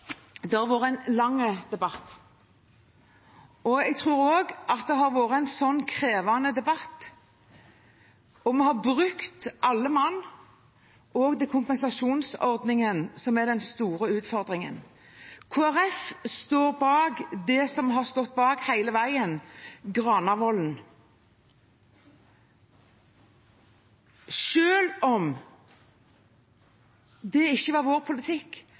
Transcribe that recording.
Det har vært en lang debatt, og det har vært en krevende debatt. Vi har brukt alle mann, og det er kompensasjonsordningen som er den store utfordringen. Kristelig Folkeparti står bak det vi har stått bak hele veien – Granavolden-plattformen. Selv om det ikke var vår politikk,